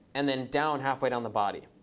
and then down halfway down the body.